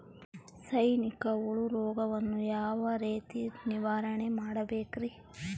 ಸೈನಿಕ ಹುಳು ರೋಗವನ್ನು ಯಾವ ರೇತಿ ನಿರ್ವಹಣೆ ಮಾಡಬೇಕ್ರಿ?